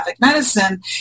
medicine